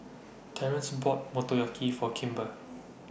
Terrence bought Motoyaki For Kimber